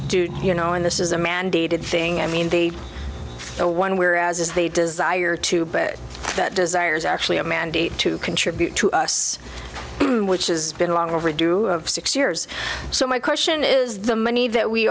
do you know and this is a mandated thing i mean the one we're as is the desire to but that desire is actually a mandate to contribute to us which is been a long overdue six years so my question is the money that we